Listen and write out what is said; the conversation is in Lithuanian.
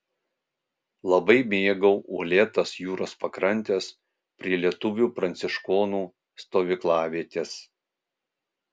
labai mėgau uolėtas jūros pakrantes prie lietuvių pranciškonų stovyklavietės